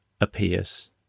appears